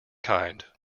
kind